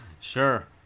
Sure